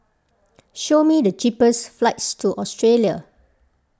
show me the cheapest flights to Australia